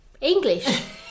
English